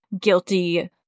guilty